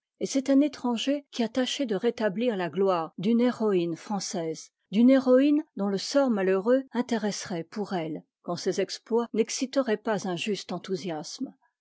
c'est un étranger qui a taché de rétablir la gloire d'une héroïne française d'une héroïne dont le sort malheureux intéresserait pour elle quand ses exploits n'exciteraient pas un juste enthousiasme